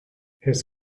his